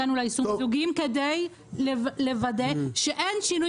אנחנו הגענו לאיסור מיזוגים כדי לוודא שאין שינוי